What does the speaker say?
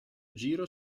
giro